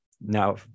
now